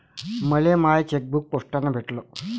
मले my chequebook पोस्टानं भेटल